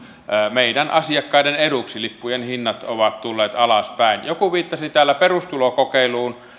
meidän asiakkaiden eduksi lippujen hinnat ovat tulleet alaspäin joku viittasi täällä perustulokokeiluun